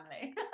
family